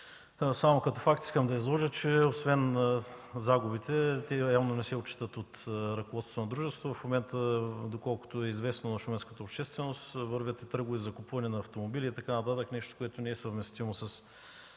Само като факт искам да изложа, че освен загубите, те явно не се отчитат от ръководството на дружеството, в момента, доколкото е известно на шуменската общественост, вървят и търгове за закупуване на автомобили и така нататък – нещо, което не е съвместимо с